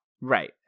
Right